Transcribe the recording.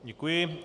Děkuji.